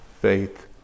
faith